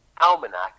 almanac